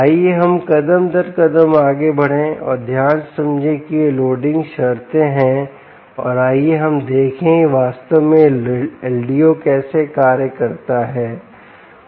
आइए हम कदम दर कदम आगे बढ़ें और ध्यान से समझें कि यह लोडिंग शर्तें है और आइए हम देखें कि वास्तव में यह LDO कैसे कार्य करता है